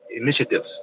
initiatives